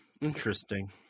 interesting